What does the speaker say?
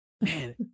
Man